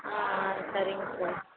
ஆ ஆ சரிங்க சார்